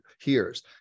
hears